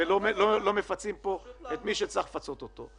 ומצד שני לא מפצים פה את מי שצריך לפצות אותו.